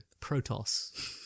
Protoss